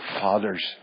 fathers